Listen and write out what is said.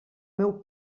meu